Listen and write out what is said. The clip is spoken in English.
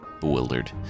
bewildered